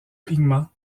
pigment